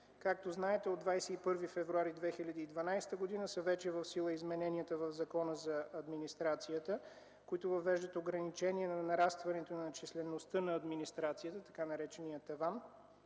Както знаете, от 21 февруари 2012 г. са вече в сила измененията в Закона за администрацията, които въвеждат ограничения на нарастването на числеността на администрацията – така наречения таван,